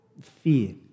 fear